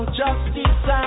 justice